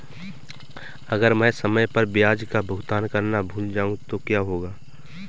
अगर मैं समय पर ब्याज का भुगतान करना भूल जाऊं तो क्या होगा?